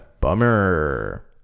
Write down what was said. bummer